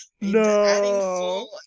No